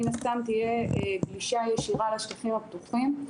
מן הסתם תהיה גלישה ישירה לשטחים הפתוחים.